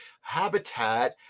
habitat